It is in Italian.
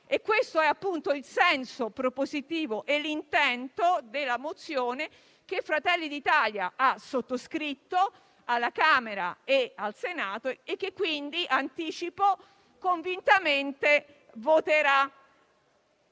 Questo è il senso propositivo e l'intento della mozione che Fratelli d'Italia ha sottoscritto alla Camera e al Senato e che quindi - anticipo - convintamente voterà.